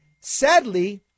Sadly